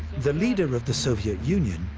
the leader of the soviet union,